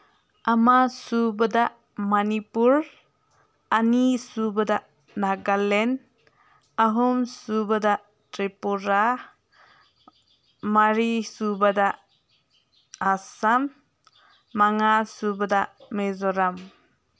ꯑꯃꯁꯨꯕꯗ ꯃꯅꯤꯄꯨꯔ ꯑꯅꯤꯁꯨꯕꯗ ꯅꯒꯥꯂꯦꯟ ꯑꯍꯨꯝꯁꯨꯕꯗ ꯇ꯭ꯔꯤꯄꯨꯔꯥ ꯃꯔꯤꯁꯨꯕꯗ ꯑꯁꯥꯝ ꯃꯉꯥꯁꯨꯕꯗ ꯃꯤꯖꯣꯔꯥꯝ